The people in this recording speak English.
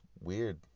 weird